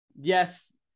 yes